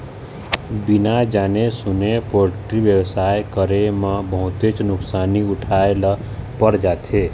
बिना जाने सूने पोल्टी बेवसाय करे म बहुतेच नुकसानी उठाए ल पर जाथे